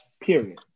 Period